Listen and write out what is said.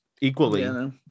equally